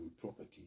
property